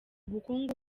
bukungu